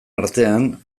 artean